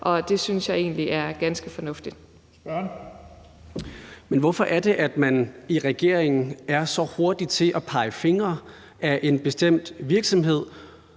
Alexander Ryle (LA): Men hvorfor er det, at man i regeringen er så hurtig til at pege fingre ad en bestemt virksomhed?